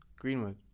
Greenwood